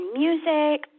music